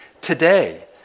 today